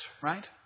right